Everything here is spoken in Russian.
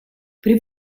при